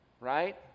Right